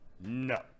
No